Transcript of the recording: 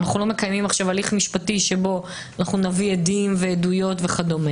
לא מקיימים הליך משפטי שבו נביא עדים ועדויות וכו'.